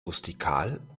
rustikal